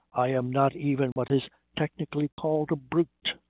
i am not even what is technically called a brute.